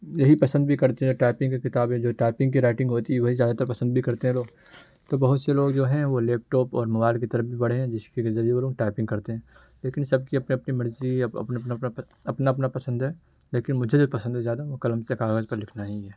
یہی پسند بھی کرتے ہیں ٹائپنگ پہ کتابیں جو ہیں ٹائپنگ کے رائٹنگ ہوتی ہے وہی زیادہ تر پسند بھی کرتے ہیں لوگ تو بہت سے لوگ جو ہیں وہ لیپ ٹاپ اور موبائل کی طرف بھی بڑھے ہیں جس کے بھی ذریعے وہ لوگ ٹائپنگ کرتے ہیں لیکن سب کی اپنی اپنی مرضی ہے اپنا اپنا پسند ہے لیکن مجھے جو پسند ہے زیادہ وہ قلم سے کاغذ پر لکھنا ہی ہے